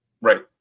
Right